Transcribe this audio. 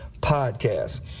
podcast